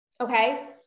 Okay